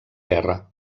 guerra